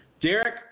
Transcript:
Derek